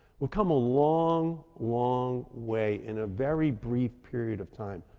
we've come a long, long way in a very brief period of time,